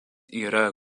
yra